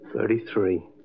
Thirty-three